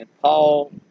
Paul